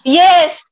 yes